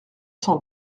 cent